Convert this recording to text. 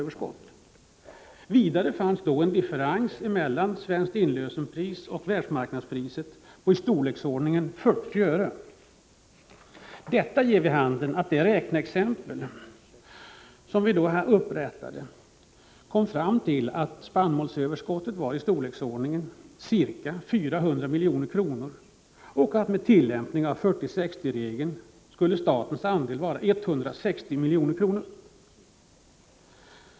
Vidare fanns det en differens mellan svenskt inlösenpris och världsmarknadspriset i storleksordningen 40 öre. Det räkneexempel som vi då upprättade gav vid handen att kostnaderna för spannmålsöverskottet var ca 400 milj.kr. och att statens andel med tillämpning av 40:60-regeln skulle vara 160 miljoner.